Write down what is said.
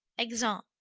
exeunt.